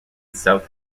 south